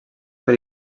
per